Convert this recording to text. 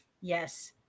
Yes